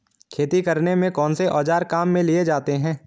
खेती करने में कौनसे औज़ार काम में लिए जाते हैं?